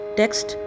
text